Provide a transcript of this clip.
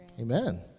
Amen